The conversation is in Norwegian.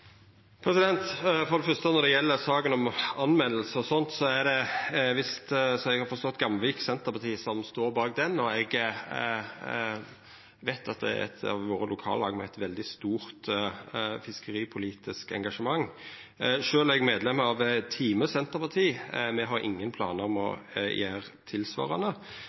For det første, når det gjeld saka om melding, er det så vidt eg har forstått, Gamvik senterparti som står bak ho. Eg veit at det er eit av våre lokallag med eit veldig stort fiskeripolitisk engasjement. Sjølv er eg medlem av Time senterparti. Me har ingen planar om å gjera tilsvarande